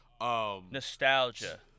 Nostalgia